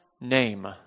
name